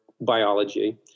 biology